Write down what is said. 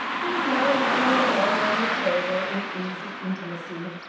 who was now leaning an elbow on the table in easy intimacy.